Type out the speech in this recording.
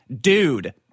dude